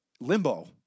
limbo